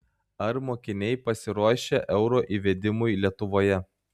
ar mokiniai pasiruošę euro įvedimui lietuvoje